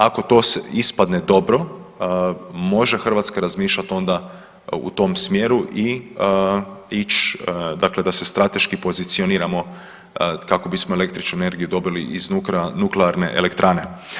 Ako to ispadne dobro može Hrvatska razmišljati onda u tom smjeru i ići, dakle da se strateški pozicioniramo kako bismo električnu energiju dobili iz nuklearne elektrane.